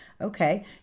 Okay